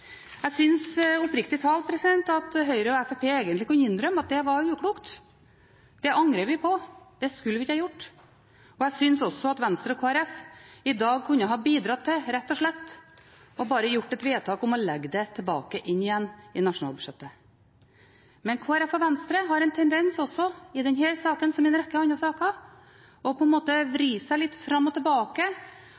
Jeg synes oppriktig talt at Høyre og Fremskrittspartiet egentlig kunne innrømmet at det var uklokt, sagt at det angrer vi på, det skulle vi ikke ha gjort, og jeg synes også at Venstre og Kristelig Folkeparti i dag kunne ha bidratt til rett og slett å gjøre et vedtak om å legge det inn igjen i nasjonalbudsjettet. Men Kristelig Folkeparti og Venstre har også en tendens – i denne saken som i en rekke andre saker – til på en måte å vri seg litt fram og tilbake,